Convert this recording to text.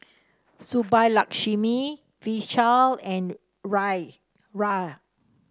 Subbulakshmi Vishal and Raj